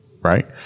right